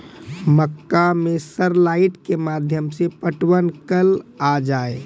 मक्का मैं sir light के माध्यम से पटवन कल आ जाए?